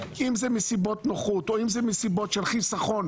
אם זה מסיבות נוחות או אם זה מסיבות של חסכון